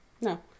No